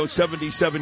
77